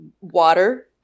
water